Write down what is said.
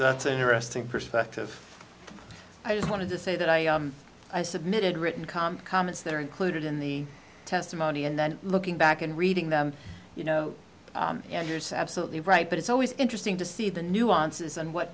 that's an interesting perspective i just wanted to say that i i submitted written comments that are included in the testimony and then looking back and reading them you know and yours absolutely right but it's always interesting to see the nuances and what